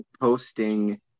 posting